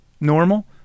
normal